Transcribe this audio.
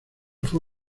fue